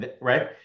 right